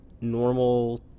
normal